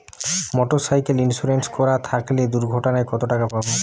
Motorcycle insurance করা থাকলে দুঃঘটনায় কতটাকা পাব?